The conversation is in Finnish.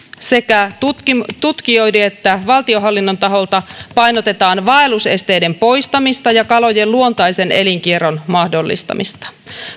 sekä tutkijoiden että valtionhallinnon taholta painotetaan vaellusesteiden poistamista ja kalojen luontaisen elinkierron mahdollistamista